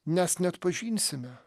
nes neatpažinsime